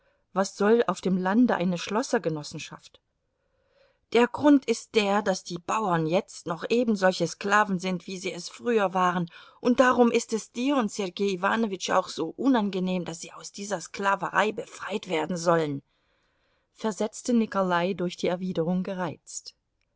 was soll auf dem lande eine schlossergenossenschaft der grund ist der daß die bauern jetzt noch ebensolche sklaven sind wie sie es früher waren und darum ist es dir und sergei iwanowitsch auch so unangenehm daß sie aus dieser sklaverei befreit werden sollen versetzte nikolai durch die erwiderung gereizt